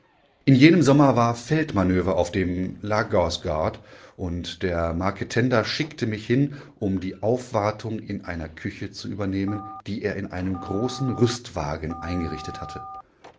in jenem sommer war feldmanöver auf dem lagrdsgärd und der marketender schickte mich hin um die aufwartung in einer küche zu übernehmen die er in einem großen rüstwagen eingerichtet hatte